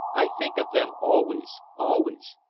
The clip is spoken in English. i think of them always, always,